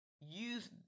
use